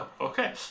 okay